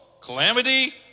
calamity